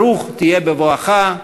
ברוך תהיה בבואך.